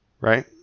right